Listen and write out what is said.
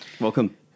Welcome